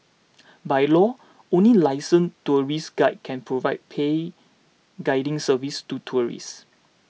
by law only licensed tourist guides can provide paid guiding services to tourists